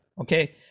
okay